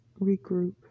Regroup